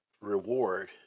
reward